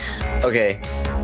Okay